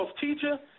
teacher